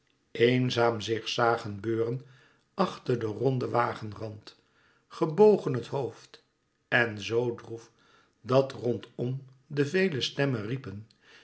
eénzaam zich zagen beuren achter den ronden wagenwand gebogen het hoofd en zoo droef dat rondom de vele stemmen riepen